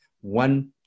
one